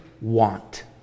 want